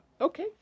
Okay